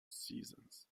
seasons